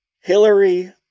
Hillary